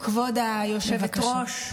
כבוד היושבת-ראש,